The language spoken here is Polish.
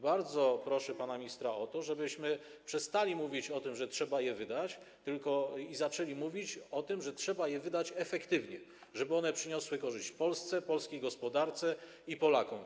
Bardzo proszę pana ministra o to, żebyśmy przestali mówić o tym, że trzeba je wydać, a zaczęli mówić o tym, że trzeba je wydać efektywnie, żeby one przyniosły korzyść Polsce, polskiej gospodarce i Polakom.